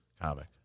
comic